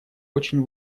очень